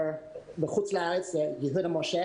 (נושא דברים באנגלית, להלן תרגומם:)